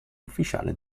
ufficiale